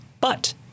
But-